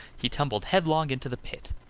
he tumbled headlong into the pit,